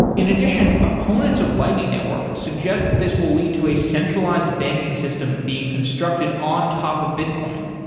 in addition, opponents of lightning network suggest this will lead to a centralized banking system of being constructed on top of bitcoin.